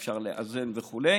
אפשר לאזן וכו',